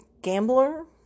gambler